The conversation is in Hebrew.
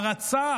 הערצה.